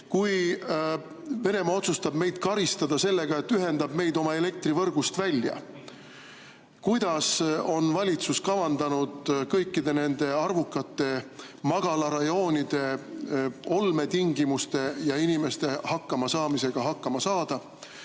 Kui Venemaa otsustab meid karistada sellega, et ühendab meid oma elektrivõrgust välja, kuidas on valitsus kavandanud kõikide nende arvukate magalarajoonide olmetingimuste ja inimeste hakkamasaamisega hakkama saada?